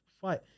fight